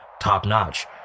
top-notch